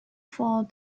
for